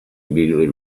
immediately